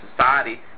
society